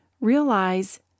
Realize